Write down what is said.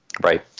Right